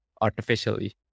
artificially